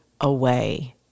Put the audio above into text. away